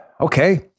Okay